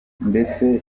ndetse